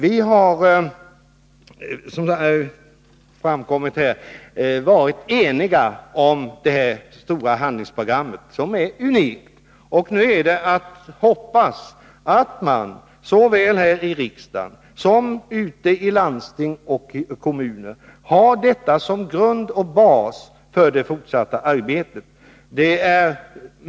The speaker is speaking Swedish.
Vi har varit eniga om detta stora handlingsprogram, som är unikt. Nu är det att hoppas att man såväl här i riksdagen som ute i landsting och kommuner har programmet som grund för det fortsatta arbetet.